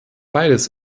beides